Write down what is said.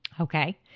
Okay